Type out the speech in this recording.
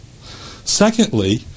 secondly